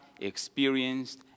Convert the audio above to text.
experienced